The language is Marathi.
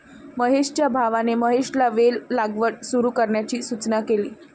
महेशच्या भावाने महेशला वेल लागवड सुरू करण्याची सूचना केली